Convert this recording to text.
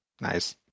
Nice